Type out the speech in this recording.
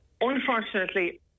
Unfortunately